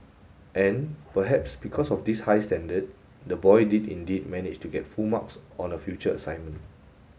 and perhaps because of this high standard the boy did indeed manage to get full marks on a future assignment